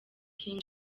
king